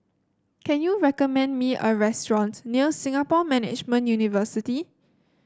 can you recommend me a restaurants near Singapore Management University